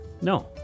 No